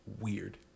weird